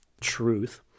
truth